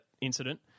incident